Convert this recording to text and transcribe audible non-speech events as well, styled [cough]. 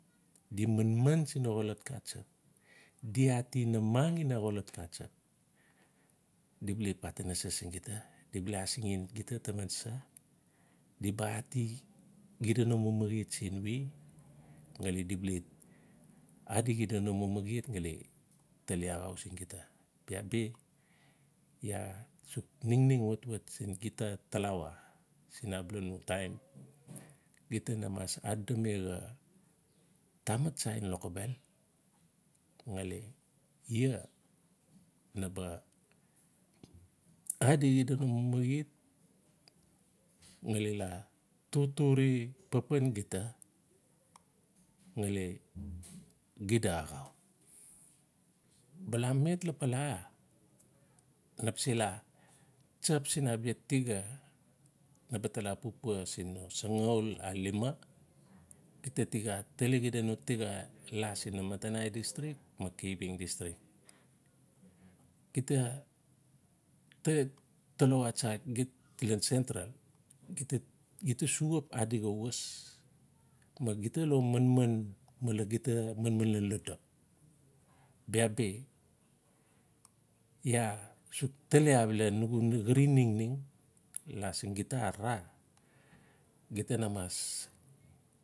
Di manman sin no xolot xatsap. Di ati namang ina xolot xatsap. Di bale patinai sa siin gita. di asingen gita taman sa. Di ba ati xida no mamahet sen we. Ngali di ba le adi xida no mamahet ngali tali axau siin gita. Bia bi iaa suk ningning watwat siin gita talawa siin abak no time. Gita na was adodomi xa tamat tsa ngen lokobel ngali ia nabe adi xida no mamaet ngali la totore pan gita ngali xida axau. Bale met lapala na ba si la tsap siin abia tiga. na ba tala papua siin no sangau a lima gita tixa tali xida no tiga la siin namamtanai districk. Kavieng districk. Gita [unintelligible] talawa tsa ian sentral gita suk xap adi xa was. ma gita lo manman malen gita lo manman ian lodo. Bia bi iaa suk tali abala nugu xarim ningning la siin gita ararar, gita na mas.